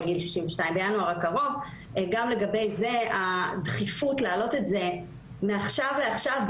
לגיל 62. גם לגבי זה הדחיפות להעלות את זה מעכשיו לעכשיו,